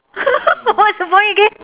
what's the point again